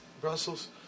Brussels